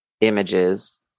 images